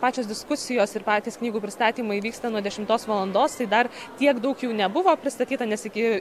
pačios diskusijos ir patys knygų pristatymai vyksta nuo dešimtos valandos tai dar tiek daug jų nebuvo pristatyta nes iki